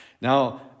Now